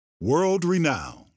World-renowned